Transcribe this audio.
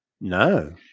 no